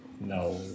No